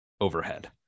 overhead